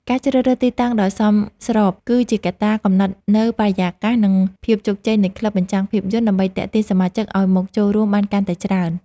ការជ្រើសរើសទីតាំងដ៏សមស្រប គឺជាកត្តាកំណត់នូវបរិយាកាស និងភាពជោគជ័យនៃក្លឹបបញ្ចាំងភាពយន្ត ដើម្បីទាក់ទាញសមាជិកឱ្យមកចូលរួមបានកាន់តែច្រើន។